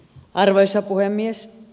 arvoisa puhemies